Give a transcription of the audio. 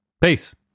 Peace